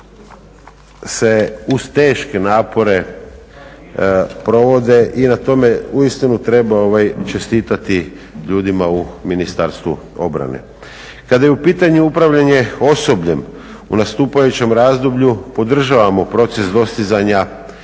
se uz teške napore provode i na tome uistinu treba čestitati ljudima u Ministarstvu obrane. Kada je u pitanju upravljanje osobljem u nastupajućem razdoblju podržavamo proces dostizanja